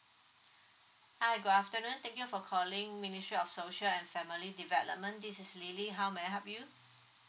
hi good afternoon thank you for calling ministry of social and family development this is lily how may I help you